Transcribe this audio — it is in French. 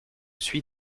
suis